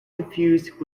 confused